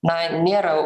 na nėra